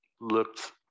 looked